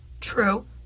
True